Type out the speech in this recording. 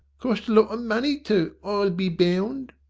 cost lot o' money too, i'll be bound.